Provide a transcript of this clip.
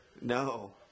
no